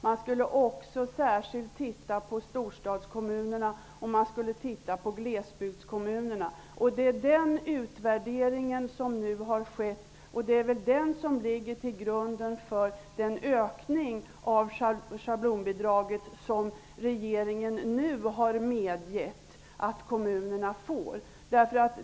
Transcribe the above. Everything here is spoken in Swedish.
Man skulle se särskilt på storstadskommunerna och på glesbygdskommunerna. Den utvärderingen är nu färdig och ligger till grund för den höjning av schablonbidragen som regeringen har medgivit att kommunerna får.